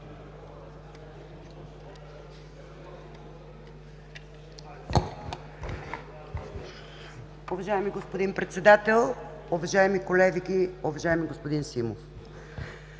Уважаеми господин Председател, уважаеми колеги, уважаеми господин Симов!